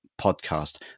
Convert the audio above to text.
podcast